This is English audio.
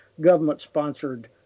government-sponsored